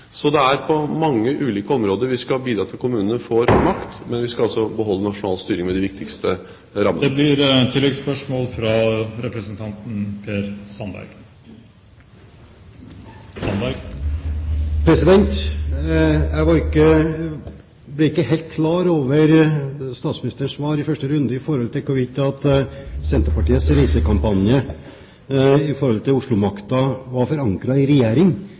Så det er på mange ulike områder vi skal bidra til at kommunene får makt, men vi skal altså beholde nasjonal styring med de viktigste rammene. Jeg ble ikke helt klar over statsministerens svar i første runde på hvorvidt Senterpartiets reisekampanje når det gjaldt Oslo-makta, var forankret i Regjeringen, eller hvorvidt det var